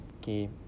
Okay